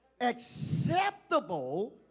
Acceptable